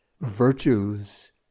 virtues